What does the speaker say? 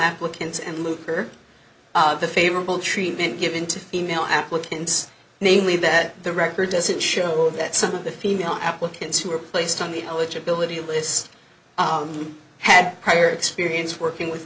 applicants and luke are the favorable treatment given to female applicants namely that the record doesn't show that some of the female applicants who were placed on the eligibility list had prior experience working with